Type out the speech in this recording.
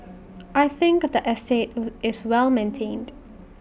I think the estate is well maintained